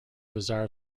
bizarre